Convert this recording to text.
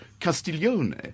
Castiglione